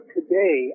today